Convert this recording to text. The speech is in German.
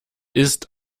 ist